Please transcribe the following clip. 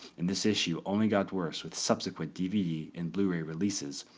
and this issue only got worse with subsequent dvd and blu-ray releases,